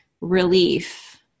relief